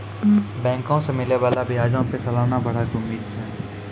बैंको से मिलै बाला ब्याजो पे सलाना बढ़ै के उम्मीद छै